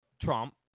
Trump